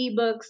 ebooks